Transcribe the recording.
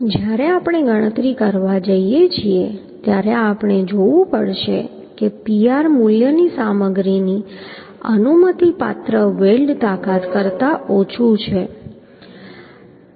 જ્યારે આપણે ગણતરી કરવા જઈએ છીએ ત્યારે આપણે જોવું પડશે કે Pr મૂલ્ય સામગ્રીની અનુમતિપાત્ર વેલ્ડ તાકાત કરતાં ઓછું છે